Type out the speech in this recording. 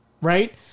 Right